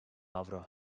avro